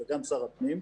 וגם שר הפנים,